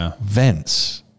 vents